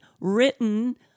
written